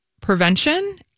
prevention